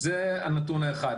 זה נתון אחד.